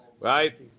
right